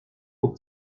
pour